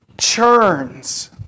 churns